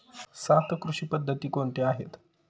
सात कृषी पद्धती कोणत्या आहेत?